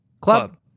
Club